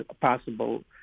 possible